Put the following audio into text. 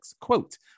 quote